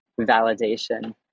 validation